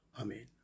Amen